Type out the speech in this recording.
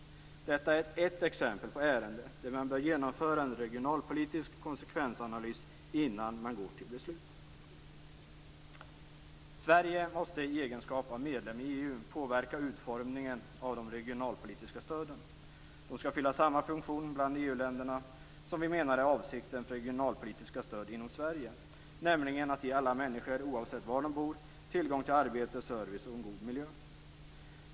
Detta är ett exempel på ärenden där man bör genomföra en regionalpolitisk konsekvensanalys innan man går till beslut. Sverige måste i egenskap av medlem i EU påverka utformningen av de regionalpolitiska stöden. De skall fylla samma funktion bland EU-länderna som vi menar är avsikten för regionalpolitiska stöd inom Sverige, nämligen att ge alla människor oavsett var de bor tillgång till arbete, service och en god miljö.